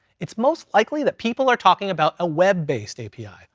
it's most likely that people are talking about a web based api.